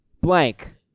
Blank